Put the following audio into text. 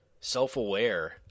self-aware